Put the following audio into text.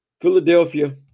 Philadelphia